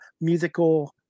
musical